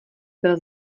byl